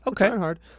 Okay